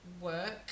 work